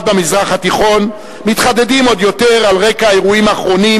במזרח התיכון מתחדדים עוד יותר על רקע האירועים האחרונים,